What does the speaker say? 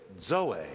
zoe